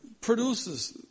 produces